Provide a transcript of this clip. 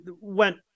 went